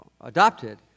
adopted